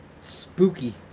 spooky